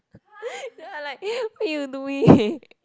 then I like what you doing